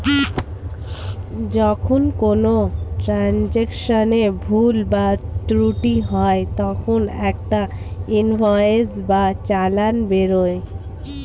যখন কোনো ট্রান্জাকশনে ভুল বা ত্রুটি হয় তখন একটা ইনভয়েস বা চালান বেরোয়